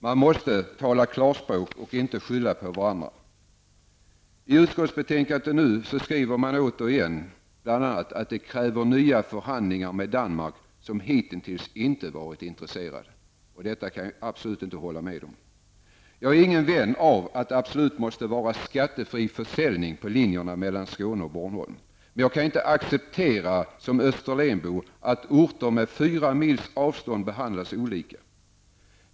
Man måste tala klarspråk och inte skylla på varandra. I utskottets betänkande skriver man nu återigen bl.a. att det krävs nya förhandlingar med Danmark, som hitintills inte varit intresserat. Detta kan jag absolut inte hålla med om. Jag är ingen vän av att det absolut måste vara skattefri försäljning på linjerna mellan Skåne och Bornholm. Men jag kan inte acceptera som österlenbo att orter med 4 mils avstånd behandlas olika.